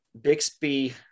Bixby